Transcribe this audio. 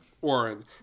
Warren